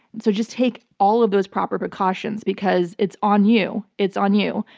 so just take all of those proper precautions because it's on you. it's on you.